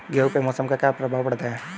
गेहूँ पे मौसम का क्या प्रभाव पड़ता है?